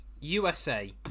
USA